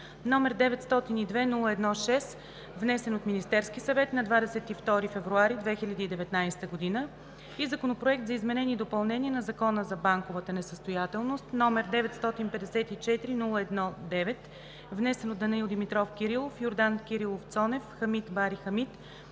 № 902-01-6, внесен от Министерския съвет на 22 февруари 2019 г., и Законопроект за изменение и допълнение на Закона за банковата несъстоятелност, № 954-01-9, внесен от Данаил Димитров Кирилов, Йордан Кирилов Цонев, Хамид Бари Хамид